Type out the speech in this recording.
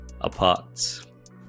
apart